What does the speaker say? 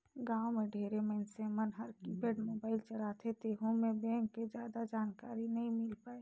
गांव मे ढेरे मइनसे मन हर कीपेड मोबाईल चलाथे तेहू मे बेंक के जादा जानकारी नइ मिल पाये